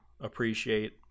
appreciate